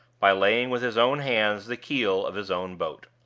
by laying with his own hands the keel of his own boat.